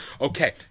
Okay